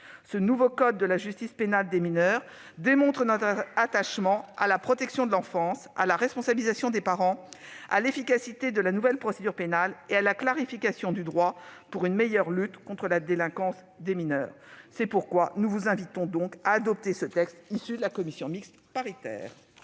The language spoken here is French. Ce nouveau code de la justice pénale des mineurs démontre notre attachement à la protection de l'enfance, à la responsabilisation des parents, à l'efficacité de la nouvelle procédure pénale et à la clarification du droit, pour une meilleure lutte contre la délinquance des mineurs. Nous vous invitons donc à adopter ce projet de loi. La parole